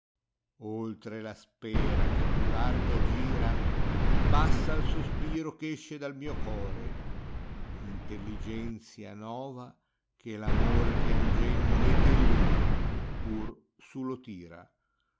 kjìtfe la spera che più larga gira passa sospiro ch esce dal mìo core intelligenzia nova che v amore piangendo mette in ini pur su lo tira